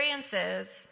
experiences